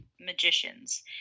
magicians